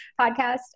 podcast